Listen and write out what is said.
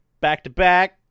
back-to-back